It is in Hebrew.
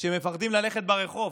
שמפחדים ללכת ברחוב.